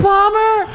Palmer